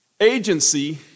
agency